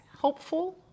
helpful